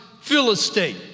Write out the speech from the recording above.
Philistine